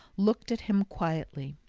looked at him quietly.